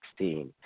2016